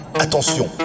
Attention